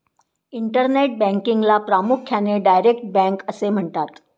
internet बँकिंगला प्रामुख्याने direct bank असे म्हणतात